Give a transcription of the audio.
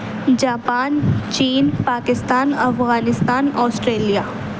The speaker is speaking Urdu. جاپان چین پاکستان افغانستان آسٹریلیا